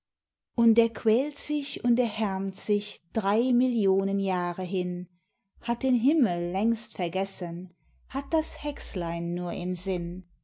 und er quält sich und er härmt sich drei millionen jahre hin hat den himmel längst vergessen hat das hexlein nur im sinn